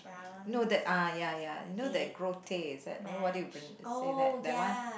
no that ah ya ya you know that that oh what do you pron~ say that that one